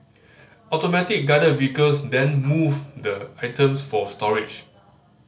Automatic Guided Vehicles then move the items for storage